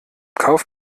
kauf